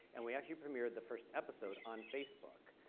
and we actually premiered the first episode on facebook.